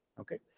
Okay